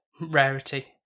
rarity